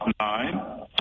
nine